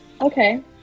Okay